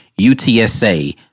UTSA